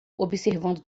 observando